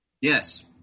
Yes